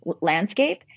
landscape